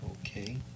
Okay